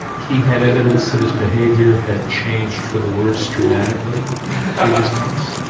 he had evidence that his behaviour had changed for the worse dramatically in previous months.